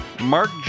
Mark